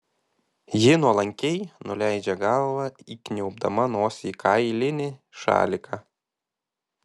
ji nuolankiai nuleidžia galvą įkniaubdama nosį į kailinį šaliką